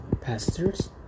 pastors